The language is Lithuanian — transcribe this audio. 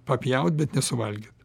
papjaut bet nesuvalgyt